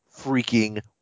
freaking